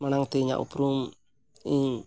ᱢᱟᱲᱟᱝ ᱛᱮ ᱤᱧᱟᱹᱜ ᱩᱯᱨᱩᱢ ᱤᱧ